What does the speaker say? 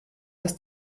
das